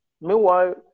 Meanwhile